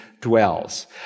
dwells